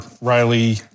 Riley